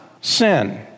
sin